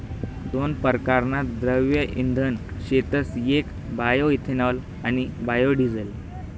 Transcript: दोन परकारना द्रव्य इंधन शेतस येक बायोइथेनॉल आणि बायोडिझेल